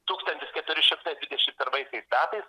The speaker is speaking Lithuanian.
tūkstantis keturi šimtai dvidešim pirmaisiais metais